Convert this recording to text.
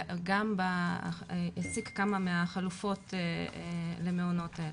וגם אני אציג כמה מהחלופות למעונות האלה.